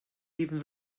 even